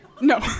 No